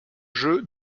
jeu